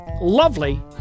lovely